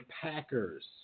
Packers